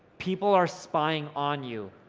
people are spying on you,